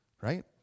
right